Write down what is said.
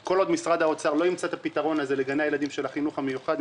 כל עוד משרד האוצר לא ימצא את הפתרון הזה לגני הילדים של החינוך המיוחד,